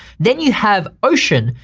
then you have ocean,